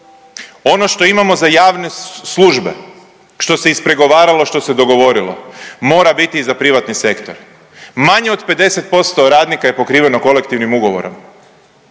Ono što imamo za javne službe, što se ispregovaralo, što se dogovorilo, mora biti i za privatni sektor. Manje od 50% radnika je pokriveno kolektivnim ugovorom.